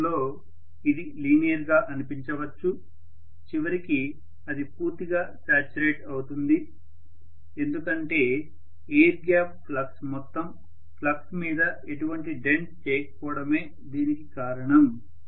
ప్రారంభంలో ఇది లీనియర్ గా అనిపించవచ్చు చివరికి అది పూర్తిగా శాచ్యురేట్ అవుతుంది ఎందుకంటే ఎయిర్ గ్యాప్ ఫ్లక్స్ మొత్తం ఫ్లక్స్ మీద ఎటువంటి డెంట్ చేయకపోవడమే దీనికి కారణం